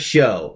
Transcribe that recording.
Show